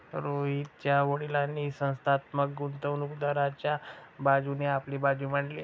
रोहितच्या वडीलांनी संस्थात्मक गुंतवणूकदाराच्या बाजूने आपली बाजू मांडली